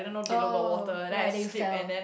oh right they fell